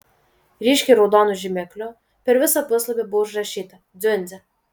ryškiai raudonu žymekliu per visą puslapį buvo užrašyta dziundzė